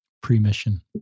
pre-mission